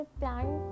plant